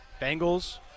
Bengals